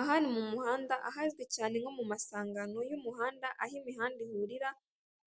Ahari mu muhanda ahazwi cyane nko mu masangano y'umuhanda aho imihanda ihurira